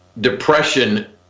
depression